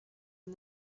and